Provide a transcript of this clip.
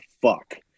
fuck